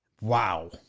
Wow